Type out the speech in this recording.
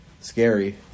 scary